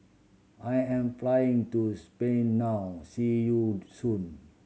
I am flying to Spain now see you soon